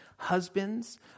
husbands